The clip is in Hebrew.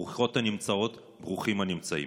ברוכות הנמצאות, ברוכים הנמצאים.